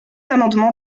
amendement